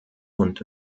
und